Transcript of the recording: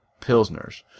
Pilsners